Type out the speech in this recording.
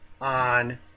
on